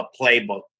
playbook